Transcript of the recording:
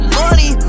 money